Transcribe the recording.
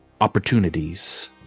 opportunities